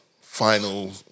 final